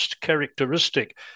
characteristic